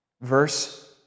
Verse